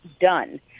done